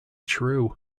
true